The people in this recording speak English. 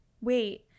wait